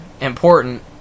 important